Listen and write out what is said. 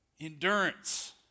endurance